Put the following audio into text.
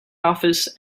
office